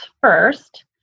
first